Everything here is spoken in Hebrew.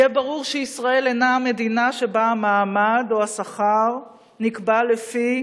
יהיה ברור שישראל אינה מדינה שבה המעמד או השכר נקבע לפי